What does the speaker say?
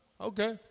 Okay